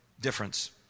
difference